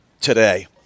today